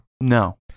No